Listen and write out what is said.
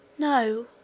No